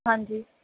ਹਾਂਜੀ